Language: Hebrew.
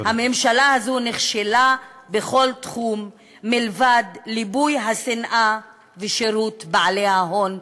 הממשלה הזו נכשלה בכל תחום מלבד ליבוי השנאה ושירות בעלי ההון,